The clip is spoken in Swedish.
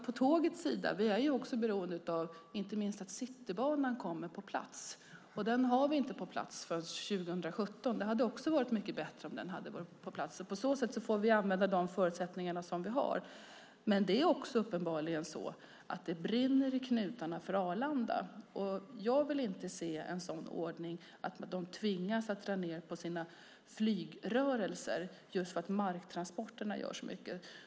På tågsidan är vi beroende av inte minst att Citybanan kommer på plats. Men den har vi inte på plats förrän 2017. Det hade varit mycket bättre om den hade varit på plats. På så sätt får vi använda de förutsättningar som vi har. Det är uppenbarligen så att det brinner i knutarna för Arlanda. Jag vill inte se en sådan ordning att de tvingas dra ned på sina flygrörelser därför att marktransporterna betyder så mycket.